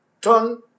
turn